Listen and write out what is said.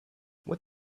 what